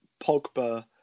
Pogba